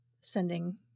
sending